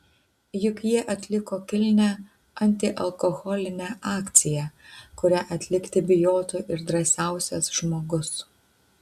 juk jie atliko kilnią antialkoholinę akciją kurią atlikti bijotų ir drąsiausias žmogus